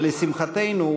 ולשמחתנו,